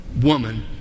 woman